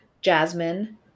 jasmine